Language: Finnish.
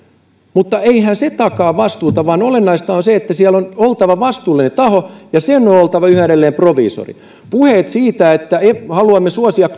mutta eihän se takaa vastuuta vaan olennaista on se että siellä on oltava vastuullinen taho ja sen on on oltava yhä edelleen proviisori puheet siitä että haluamme suosia